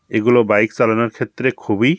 এগুলো বাইক চালানোর ক্ষেত্রে খুবই